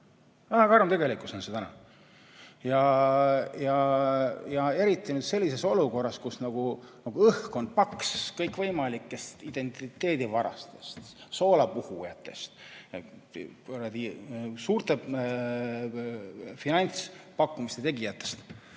Väga karm tegelikkus on see, eriti sellises olukorras, kus õhk on paks kõikvõimalikest identiteedivarastest, soolapuhujatest, suurte finantspakkumiste tegijatest.